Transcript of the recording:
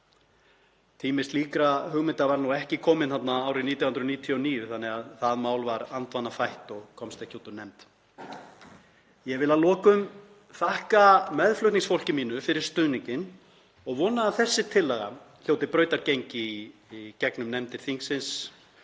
Tími slíkra hugmynda var ekki kominn árið 1999 þannig að það mál var andvana fætt og komst ekki út úr nefnd. Ég vil að lokum þakka meðflutningsfólki mínu fyrir stuðninginn og vona að þessi tillaga hljóti brautargengi í gegnum nefndir þingsins